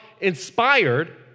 inspired